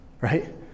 right